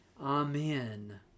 Amen